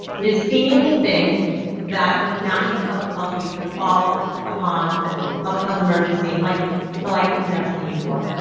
it is seemingly fitting that that national public health week would fall upon ah public health emergency like the like we've never seen before.